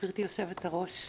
גברתי יושבת הראש,